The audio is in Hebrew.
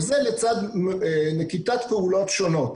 זה לצד נקיטת פעולות שונות,